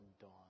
dawn